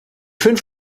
fünf